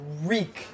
reek